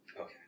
Okay